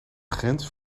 grens